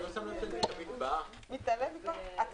הישיבה ננעלה בשעה